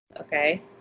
Okay